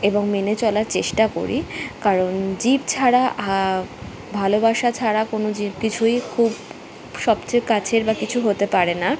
এবং মেনে চলার চেষ্টা করি কারণ জীব ছাড়া ভালোবাসা ছাড়া কোনো জীব কিছুই খুব সবচেয়ে কাছের বা কিছু হতে পারে না